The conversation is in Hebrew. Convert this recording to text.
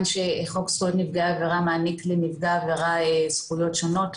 שחוק זכויות נפגעי עבירה מעניק לנפגעי העבירה זכויות שונות,